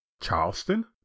Charleston